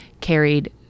carried